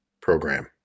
program